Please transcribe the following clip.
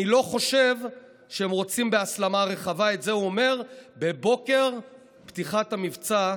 "אני לא חושב שהם רוצים בהסלמה רחבה" את זה הוא אומר בבוקר פתיחת המבצע,